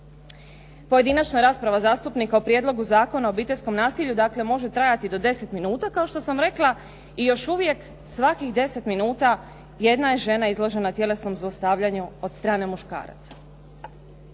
Pojedinačna rasprava zastupnika o Prijedlogu zakona o obiteljskom nasilju dakle može trajati do deset minuta, kao što sam rekla i još uvijek svakih deset minuta jedna je žena izložena tjelesnom zlostavljanju od strane muškaraca.